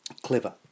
clever